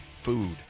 food